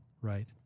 right